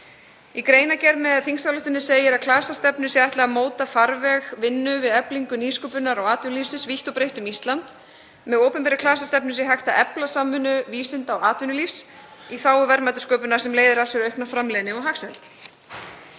Í greinargerð með þingsályktuninni segir að klasastefnu sé ætlað að móta farveg vinnu við eflingu nýsköpunar og atvinnulífsins vítt og breitt um Ísland. Með opinberri klasastefnu sé hægt að efla samvinnu vísinda og atvinnulífs í þágu verðmætasköpunar sem leiðir af sér aukna framleiðni og hagsæld.